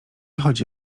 chodzi